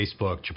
Facebook